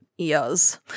Yes